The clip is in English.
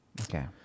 Okay